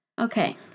Okay